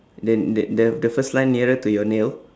then the the the first line nearer to your nail